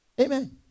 amen